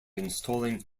installing